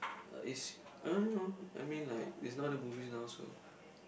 is I don't know I mean like there's no other movies so